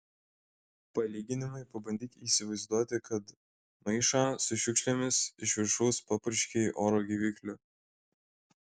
palyginimui pabandyk įsivaizduoti kad maišą su šiukšlėmis iš viršaus papurškei oro gaivikliu